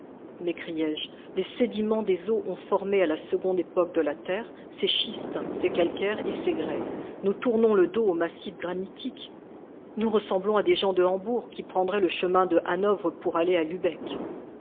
m'écriai-je les sédiments des eaux ont formé à la seconde époque de la terre ces schistes ces calcaires et ces grès nous tournons le dos au massif granitique nous ressemblons à des gens de hambourg qui prendraient le chemin de hanovre pour aller à lubeck